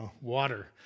water